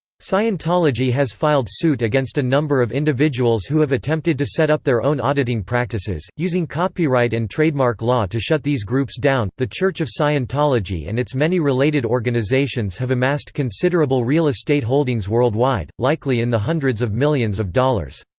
scientology has filed suit against a number of individuals who have attempted to set up their own auditing practices, using copyright and trademark law to shut these groups down the church of scientology and its many related organizations have amassed considerable real estate holdings worldwide, likely in the hundreds of millions of dollars.